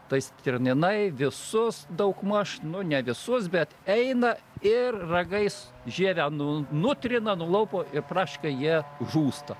tai stirninai visus daugmaž nu ne visus bet eina ir ragais žievę nu nutrina nulaupo ir praktiškai jie žūsta